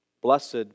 Blessed